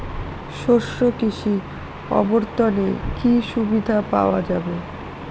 শস্য কৃষি অবর্তনে কি সুবিধা পাওয়া যাবে?